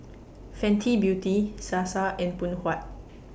Fenty Beauty Sasa and Phoon Huat